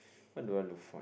what do I look for